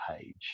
page